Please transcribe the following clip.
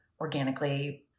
organically